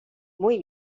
muy